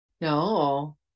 No